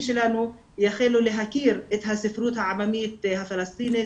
יחלו להכיר את הספרות העממית הפלסטינית,